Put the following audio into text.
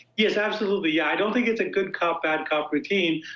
yes, absolutely. yeah. i don't think it's a good cop, bad cop routine.